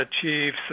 achieve